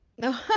No